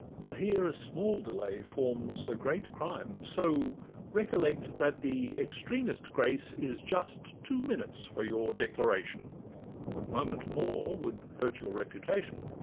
but here a small delay forms a great crime so recollect that the extremest grace is just two minutes for your declaration a moment more would hurt your reputation.